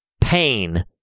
pain